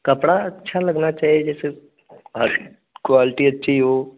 कपड़ा अच्छा लगना चाहिए जैसे क्वालटी अच्छी हो